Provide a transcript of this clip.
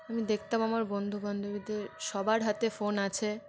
আমি দেখতাম আমার বন্ধু বান্ধবীদের সবার হাতে ফোন আছে